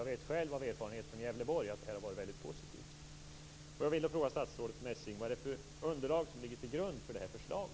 Jag vet själv av erfarenhet från Gävleborg att det här har varit väldigt positivt.